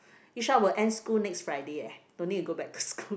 Yisha will end school next Friday leh don't need to go back to school